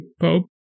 Pope